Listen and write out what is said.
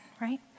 right